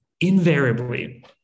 invariably